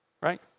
right